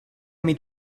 mít